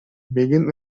миигин